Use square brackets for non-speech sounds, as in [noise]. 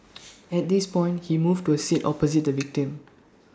[noise] at this point he moved to A seat opposite the victim